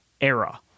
era